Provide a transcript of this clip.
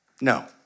No